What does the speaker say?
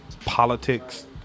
politics